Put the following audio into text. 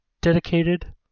Dedicated